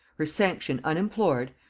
her sanction unimplored,